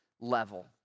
level